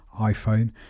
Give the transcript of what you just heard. iPhone